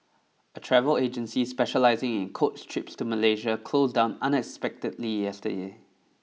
a travel agency specialising in coach trips to Malaysia closed down unexpectedly yesterday